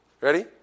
Ready